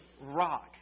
rock